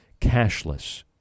cashless